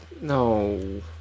no